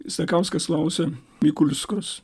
sakauskas klausia mikulskos